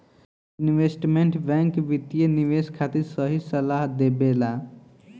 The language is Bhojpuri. इन्वेस्टमेंट बैंक वित्तीय निवेश खातिर सही सलाह देबेला